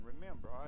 Remember